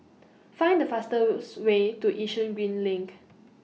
Find The fastest Way to Yishun Green LINK